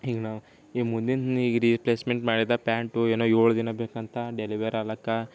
ಈಗ ನಾವು ಈಗ ಮುಂದಿನ ಈಗ ರೀಪ್ಲೇಸ್ಮೆಂಟ್ ಮಾಡಿದ ಪ್ಯಾಂಟು ಏನೋ ಏಳು ದಿನ ಬೇಕಂತ ಡೆಲಿವರ್ ಆಗ್ಲಕ್ಕ